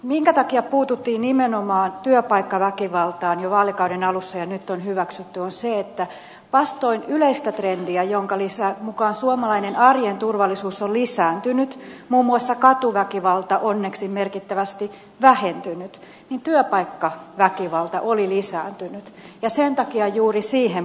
minkä takia puututtiin nimenomaan työpaikkaväkivaltaan jo vaalikauden alussa ja nyt toimenpiteet on hyväksytty on se että vastoin yleistä trendiä jonka mukaan suomalainen arjen turvallisuus on lisääntynyt ja muun muassa katuväkivalta onneksi merkittävästi vähentynyt työpaikkaväkivalta oli lisääntynyt ja sen takia juuri siihen puututtiin